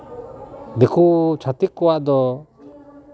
ᱫᱤᱠᱩ ᱪᱷᱟᱹᱛᱤᱠ ᱠᱚᱣᱟᱜ ᱫᱚ